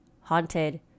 haunted